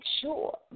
sure